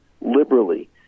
liberally